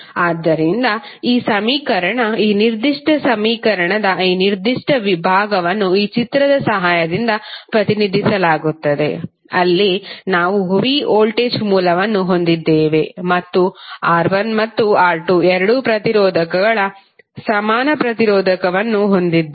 ಆದ್ದರಿಂದ ಈ ಸಮೀಕರಣ ಈ ನಿರ್ದಿಷ್ಟ ಸಮೀಕರಣದ ಈ ನಿರ್ದಿಷ್ಟ ವಿಭಾಗವನ್ನು ಈ ಚಿತ್ರದ ಸಹಾಯದಿಂದ ಪ್ರತಿನಿಧಿಸಲಾಗುತ್ತದೆ ಅಲ್ಲಿ ನಾವು v ವೋಲ್ಟೇಜ್ ಮೂಲವನ್ನು ಹೊಂದಿದ್ದೇವೆ ಮತ್ತು R1 ಮತ್ತು R2 ಎರಡೂ ಪ್ರತಿರೋಧಕಗಳ ಸಮಾನ ಪ್ರತಿರೋಧಕವನ್ನು ಹೊಂದಿದ್ದೇವೆ